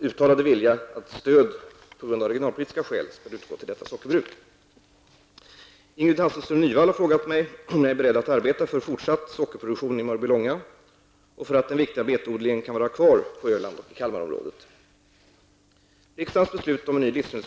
uttalade vilja att stöd av regionalpolitiska skäl skall utgå till detta sockerbruk. Ingrid Hasselström Nyvall har frågat mig om jag är beredd att arbeta för fortsatt sockerproduktion i Mörbylånga och för att den viktiga betodlingen kan vara kvar på Öland och i Kalmarområdet.